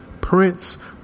Prince